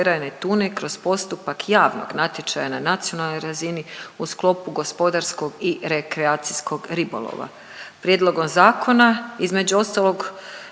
Hvala svima